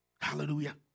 Hallelujah